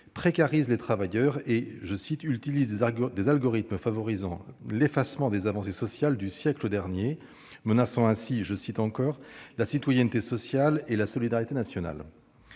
précarisent les travailleurs et « utilisent des algorithmes favorisant l'effacement des avancées sociales du siècle dernier », menaçant ainsi la « citoyenneté sociale » et la « solidarité nationale